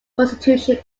constitution